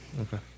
okay